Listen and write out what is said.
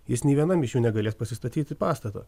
jis nei vienam iš jų negalės pasistatyti pastato